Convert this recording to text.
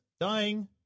dying